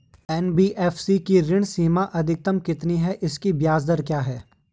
NBFC की ऋण सीमा अधिकतम कितनी है इसकी ब्याज दर क्या है?